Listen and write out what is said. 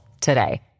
today